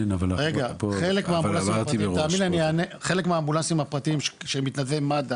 חלק מהאמבולנסים הפרטיים של מתנדבי מד"א